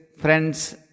friends